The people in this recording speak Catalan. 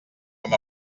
com